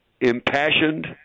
impassioned